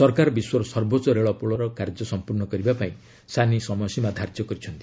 ସରକାର ବିଶ୍ୱର ସର୍ବୋଚ୍ଚ ରେଳ ପୋଲର କାର୍ଯ୍ୟ ସମ୍ପର୍ଶ୍ଣ କରିବା ପାଇଁ ସାନି ସମୟସୀମା ଧାର୍ଯ୍ୟ କରିଛନ୍ତି